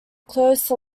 close